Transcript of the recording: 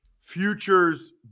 future's